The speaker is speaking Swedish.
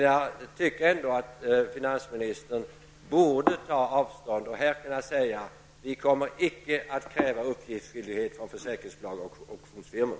Jag tycker ändå att statsrådet borde kunna ta avstånd och här försäkra att det inte kommer att krävas någon uppgiftsskyldighet för försäkringsbolag och auktionsfirmor.